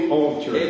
altar